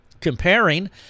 Comparing